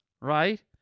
right